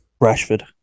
Rashford